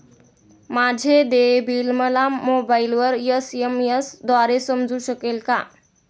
माझे देय बिल मला मोबाइलवर एस.एम.एस द्वारे समजू शकेल का?